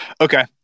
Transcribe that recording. Okay